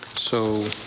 so,